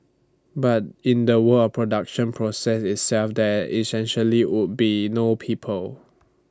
but in the word production process itself there essentially would be no people